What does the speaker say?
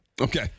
Okay